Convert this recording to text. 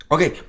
Okay